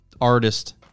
artist